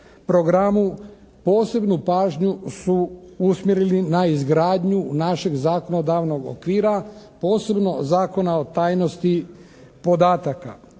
programu posebnu pažnju su usmjerili na izgradnju našeg zakonodavnog okvira posebno Zakona o tajnosti podataka.